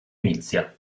inizia